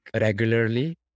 regularly